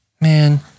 Man